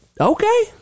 Okay